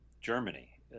Germany